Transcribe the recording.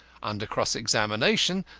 under cross-examination,